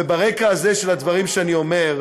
וברקע הזה של הדברים שאני אומר,